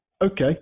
Okay